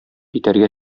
итәргә